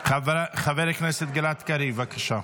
חבר כנסת גלעד קריב, בבקשה.